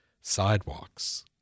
sidewalks